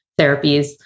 therapies